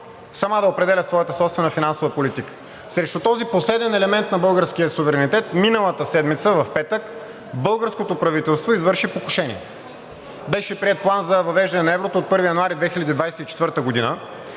сама да определя своята собствена финансова политика. Срещу този последен елемент на българския суверенитет миналата седмица, в петък, българското правителство извърши покушение. Беше приет План за въвеждане на еврото от 1 януари 2024 г.